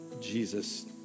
Jesus